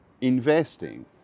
investing